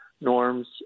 norms